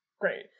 great